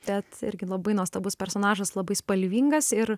tad irgi labai nuostabus personažas labai spalvingas ir